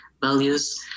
values